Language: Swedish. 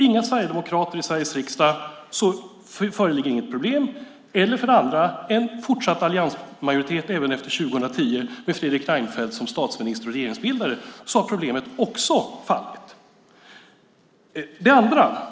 Inga sverigedemokrater i Sveriges riksdag, och då föreligger inget problem. En fortsatt alliansmajoritet även efter 2010 med Fredrik Reinfeldt som statsminister och regeringsbildare, och då har problemet också fallit. Fru talman!